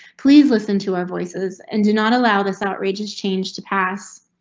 please listen to our voices and do not allow this outrageous change to pass.